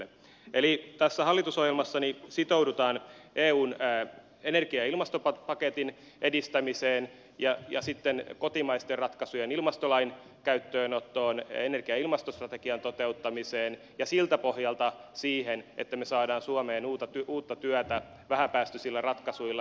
eli tässä hallitusohjelmassa sitoudutaan eun energia ja ilmastopaketin edistämiseen ja sitten kotimaisten ratkaisujen ilmastolain käyttöönottoon energia ja ilmastostrategian toteuttamiseen ja siltä pohjalta siihen että me saamme suomeen uutta työtä vähäpäästöisillä ratkaisuilla